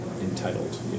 entitled